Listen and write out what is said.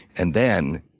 and then,